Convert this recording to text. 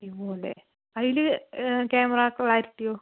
വിവോൻ്റെ അതിൽ ക്യാമറ ക്ലാരിറ്റിയോ